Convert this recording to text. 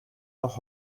noch